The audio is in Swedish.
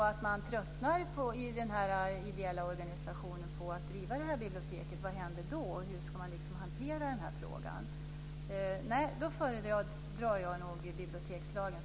Vad händer om man i den ideella organisationen tröttnar på att driva biblioteket? Hur ska man hantera den frågan? Nej, jag föredrar nog bibliotekslagen som den ser ut.